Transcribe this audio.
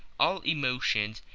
all emotions,